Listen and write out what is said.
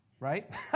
Right